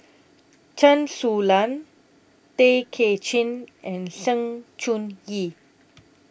Chen Su Lan Tay Kay Chin and Sng Choon Yee